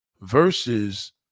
Versus